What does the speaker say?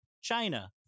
China